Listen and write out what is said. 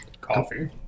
Coffee